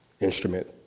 instrument